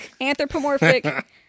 anthropomorphic